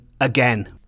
again